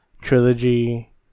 trilogy